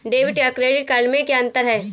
Debit या credit card में क्या अन्तर है?